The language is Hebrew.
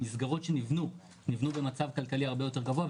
המסגרות שנבנו נבנו במצב כלכלי הרבה יותר גבוה.